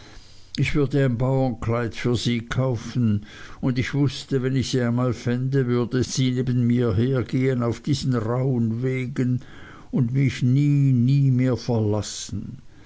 ich würde ein bauernkleid für sie kaufen und ich wußte wenn ich sie einmal fände würde sie neben mir hergehen auf diesen rauhen wegen und mich nie nie mehr verlassen